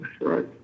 Right